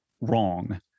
wrong